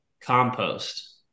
compost